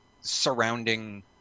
surrounding